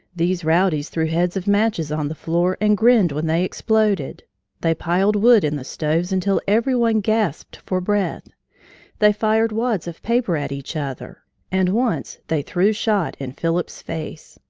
these rowdies threw heads of matches on the floor and grinned when they exploded they piled wood in the stoves until every one gasped for breath they fired wads of paper at each other and once they threw shot in phillips's face.